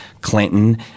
Clinton